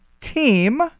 team